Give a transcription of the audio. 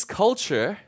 culture